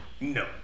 No